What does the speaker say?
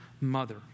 mother